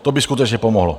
To by skutečně pomohlo.